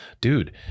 dude